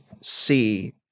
see